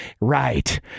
Right